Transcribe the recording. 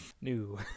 New